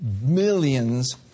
millions